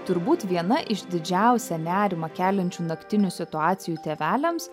turbūt viena iš didžiausią nerimą keliančių naktinių situacijų tėveliams